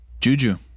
Juju